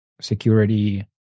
security